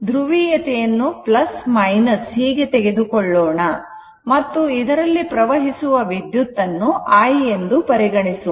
ಧ್ರುವೀಯತೆ ಯನ್ನು ಹೀಗೆ ತೆಗೆದುಕೊಳ್ಳೋಣ ಮತ್ತು ಇದರಲ್ಲಿ ಪ್ರವಹಿಸುವ ವಿದ್ಯುತ್ ಅನ್ನು I ಎಂದು ಪರಿಗಣಿ ಸೋಣ